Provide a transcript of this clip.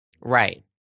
Right